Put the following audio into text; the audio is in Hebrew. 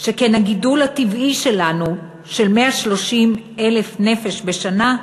שכן הגידול הטבעי שלנו, של 130,000 נפש בשנה,